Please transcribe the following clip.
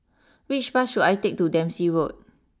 which bus should I take to Dempsey Road